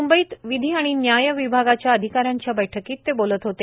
मुंबईत काल विधी आणि न्याय विभागाच्या अधिकाऱ्यांच्या बैठकीत ते बोलत होते